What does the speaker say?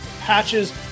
patches